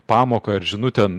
pamoką ir žinutę